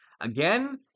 Again